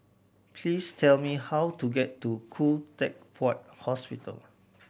please tell me how to get to Khoo Teck Puat Hospital